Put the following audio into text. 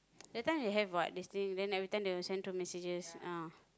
that time they have what yesterday then everytime they will send through messages ah